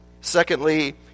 Secondly